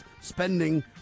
spending